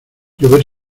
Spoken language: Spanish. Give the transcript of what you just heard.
llover